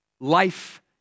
life